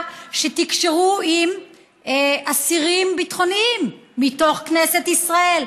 שתקשרו עם אסירים ביטחוניים מתוך כנסת ישראל,